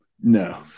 no